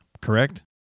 correct